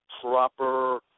proper